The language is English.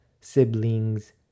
siblings